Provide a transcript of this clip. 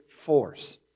force